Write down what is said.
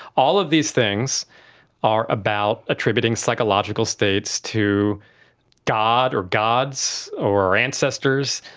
all of these things are about attributing psychological states to god or gods or ancestors,